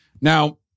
Now